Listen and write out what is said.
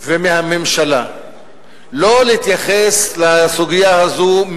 ומהממשלה לא להתייחס לסוגיה הזאת,